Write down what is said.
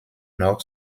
noch